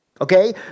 Okay